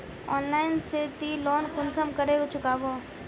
Online से ती loan कुंसम करे चुकाबो?